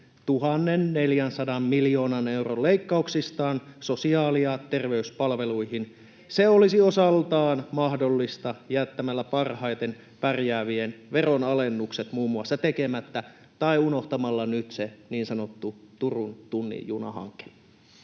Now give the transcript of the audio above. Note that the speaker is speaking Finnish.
1 400 miljoonan euron leikkauksistaan sosiaali- ja terveyspalveluihin. [Mira Nieminen: Edelleen ei leikata!] Se olisi osaltaan mahdollista jättämällä parhaiten pärjäävien veronalennukset muun muassa tekemättä tai unohtamalla nyt se niin sanottu Turun tunnin juna -hanke.